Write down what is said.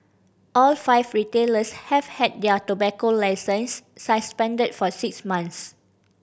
all five retailers have had their tobacco licences suspended for six month